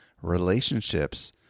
relationships